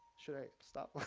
should i stop?